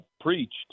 preached